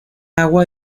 agua